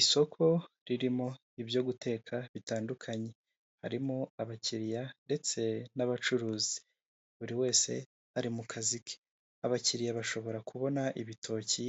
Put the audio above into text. Isoko ririmo ibyo guteka bitandukanye, harimo abakiriya ndetse n'abacuruzi buri wese ari mu kazi ke, abakiriya bashobora kubona ibitoki,